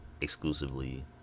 exclusively